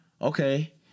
Okay